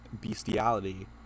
bestiality